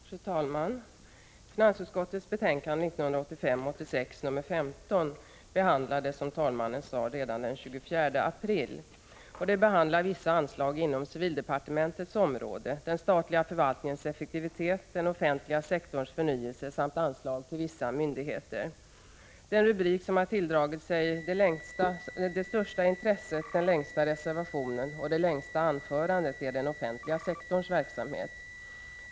Fru talman! Finansutskottets betänkande 1985/86:15 behandlades delvis, som talmannen meddelade, redan den 24 april. Det handlar om vissa anslag inom civildepartementets område, den statliga förvaltningens effektivitet, den offentliga sektorns förnyelse samt anslag till vissa myndigheter. Den rubrik som har tilldragit sig det största intresset, den längsta reservationen och det längsta anförandet är den offentliga sektorns verksamhet.